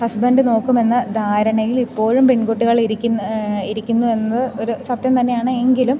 husband നോക്കുമെന്ന ധാരണയിലിപ്പോഴും പെൺകുട്ടികൾ ഇരിക്കുന്നു ഇരിക്കുന്നു എന്ന് ഒരു സത്യം തന്നെയാണ് എങ്കിലും